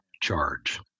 charge